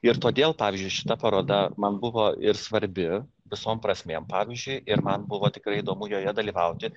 ir todėl pavyzdžiui šita paroda man buvo ir svarbi visom prasmėm pavyzdžiui ir man buvo tikrai įdomu joje dalyvauti